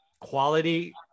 quality